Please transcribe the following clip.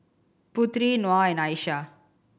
Putri Nor and Aishah